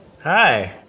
Hi